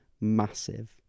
massive